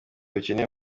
bukenewe